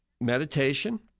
meditation